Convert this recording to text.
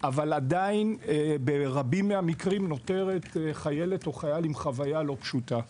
אבל עדיין ברבים מהמקרים נותרת חיילת או חייל עם חוויה לא פשוטה.